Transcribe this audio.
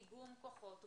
איגום כוחות,